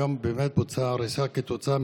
היום באמת בוצעה הריסה ביישובים שלנו,